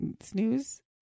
snooze